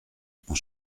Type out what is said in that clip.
mon